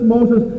Moses